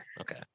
okay